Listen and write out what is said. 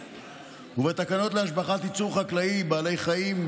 ובתקנות להשבחת ייצור חקלאי (בעלי חיים)